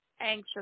anxious